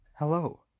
Hello